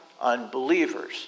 unbelievers